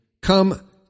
come